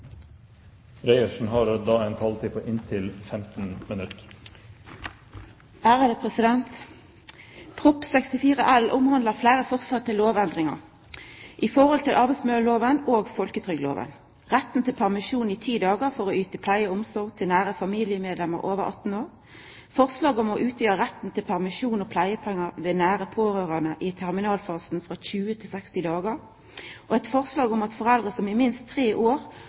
64 L omhandlar fleire forslag til lovendringar i arbeidsmiljølova og folketrygdlova, bl.a. forslag om retten til permisjon i ti dagar for å kunna yta pleie og omsorg til nære familiemedlemer over 18 år, forslag om å utvida retten til permisjon og pleiepengar ved pleie av nære pårørande i terminalfasen frå 20 til 60 dagar og forslag om at foreldre som i minst tre år